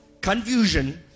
Confusion